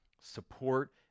support